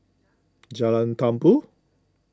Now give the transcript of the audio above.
Jalan Tumpu